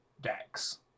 decks